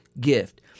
gift